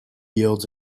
yields